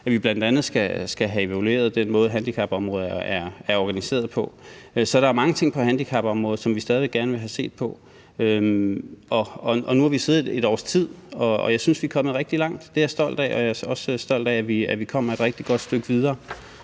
at vi bl.a. skal have evalueret den måde, handicapområdet er organiseret på. Så der er mange ting på handicapområdet, som vi stadig væk gerne vil have set på. Nu har vi siddet i et års tid, og jeg synes, vi er kommet rigtig langt. Det er jeg stolt af, og jeg er også stolt af, at vi her i dag med det her